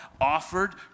offered